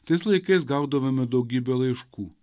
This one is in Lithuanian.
tais laikais gaudavome daugybę laiškų